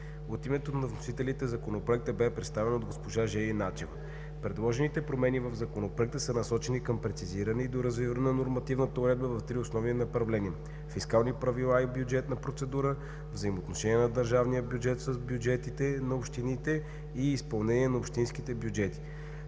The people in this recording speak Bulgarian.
От името на вносителите законопроектът бе представен от госпожа Жени Начева. Предложените промени в Законопроекта са насочени към прецизиране и доразвиване на нормативната уредба в три основни направления – фискални правила и бюджетна процедура; взаимоотношения на държавния бюджет с бюджетите на общините и изпълнение на общинските бюджети;